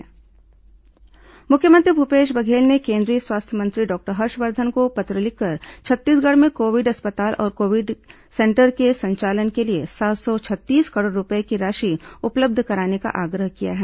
मुख्यमंत्री केंद्रीय मंत्री पत्र मुख्यमंत्री भूपेश बघेल ने केंद्रीय स्वास्थ्य मंत्री डॉक्टर हर्षवर्धन को पत्र लिखकर छत्तीसगढ़ में कोविड अस्पताल और कोविड सेंटर के संचालन के लिए सात सौ छत्तीस करोड़ रूपये की राशि उपलब्ध कराने का आग्रह किया है